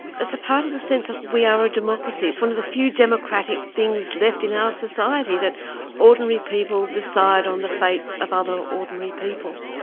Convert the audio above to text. it's a part of the sense that we are a democracy it's one of the few democratic things left in our society, that ordinary people decide on the fate of other ordinary people,